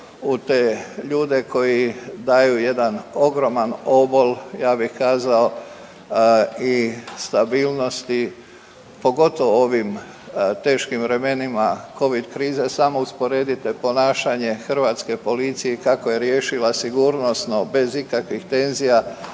u te ljude koji daju jedan ogroman obol ja bi kazao i stabilnosti pogotovo u ovim teškim vremenima Covid krize. Samo usporedite ponašanje Hrvatske policije kako je riješila sigurnosno bez ikakvih tenzija